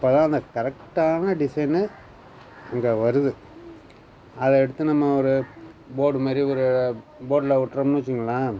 அப்போதான் அந்த கரெக்டான டிசைன்னு இங்கே வருது அதை எடுத்து நம்ம ஒரு போர்டு மாரி ஒரு போர்ட்ல ஒட்டுறோம்னு வச்சுக்கோங்களேன்